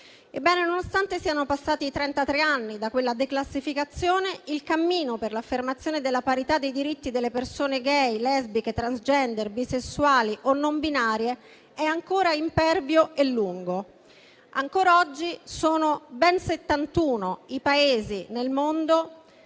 Ebbene, nonostante siano passati trentatré anni da quella declassificazione, il cammino per l'affermazione della parità dei diritti delle persone *gay*, lesbiche, transgender, bisessuali o non binarie è ancora impervio e lungo. Ancora oggi sono ben 71 i Paesi nel mondo